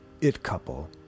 it-couple